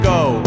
go